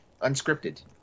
unscripted